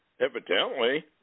evidently